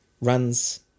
Runs